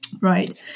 Right